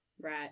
Right